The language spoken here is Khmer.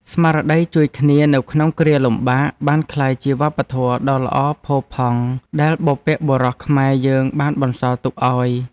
ស្មារតីជួយគ្នានៅក្នុងគ្រាលំបាក បានក្លាយជាវប្បធម៌ដ៏ល្អផូរផង់ដែលបុព្វបុរសខ្មែរយើងបានបន្សល់ទុកឱ្យ។